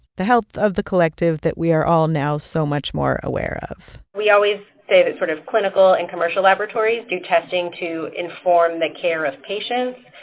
the health of the collective that we are all now so much more aware of we always say that sort of clinical and commercial laboratories do testing to inform the care of patients,